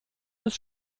des